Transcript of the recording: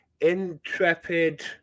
intrepid